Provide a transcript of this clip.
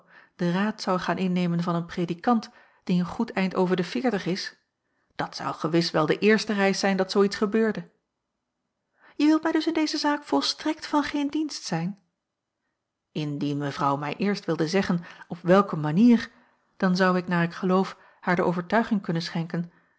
den raad zou gaan innemen van een predikant die een goed eind over de veertig is dat zou gewis wel de eerste reis zijn dat zoo iets gebeurde je wilt mij dus in deze zaak volstrekt van geen dienst zijn indien mevrouw mij eerst wilde zeggen op welke manier dan zou ik naar ik geloof haar de overtuiging kunnen schenken